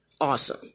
awesome